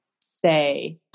say